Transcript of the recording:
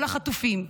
כל החטופים,